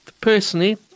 personally